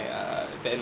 err then